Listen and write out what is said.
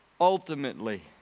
ultimately